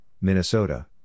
Minnesota